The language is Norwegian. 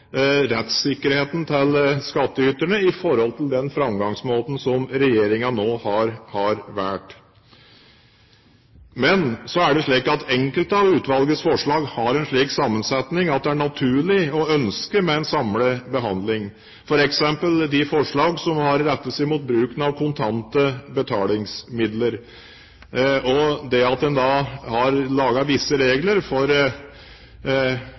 rettssikkerheten til skattyterne i forhold til den framgangsmåten som regjeringen nå har valgt. Men så er det slik at enkelte av utvalgets forslag har en slik sammensetning at det er naturlig med og et ønske om en mer samlet behandling, f.eks. av de forslag som er rettet mot bruken av kontante betalingsmidler, og det at en lager visse regler for